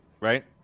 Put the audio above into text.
Right